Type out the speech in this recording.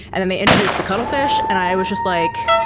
and then they introduced the cuttlefish and i was just like,